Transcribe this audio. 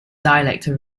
dialectic